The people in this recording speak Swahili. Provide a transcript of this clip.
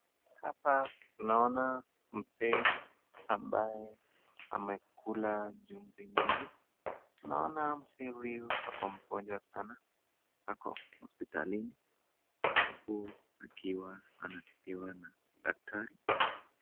Hapa tunaona mzee ambaye amekula chumvi nyingi. Tunaona mzee huyu ako mgonjwa sana. Ako hospitalini huku akiwa anatipiwa na daktari.